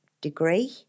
degree